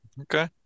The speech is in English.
okay